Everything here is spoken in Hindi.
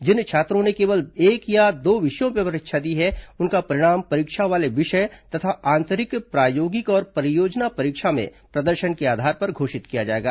जिन छात्रों ने केवल एक या दो विषयों में परीक्षा दी है उनका परिणाम परीक्षा वाले विषय तथा आतंरिक प्रायोगिक और परियोजना परीक्षा में प्रदर्शन के आधार पर घोषित किया जाएगा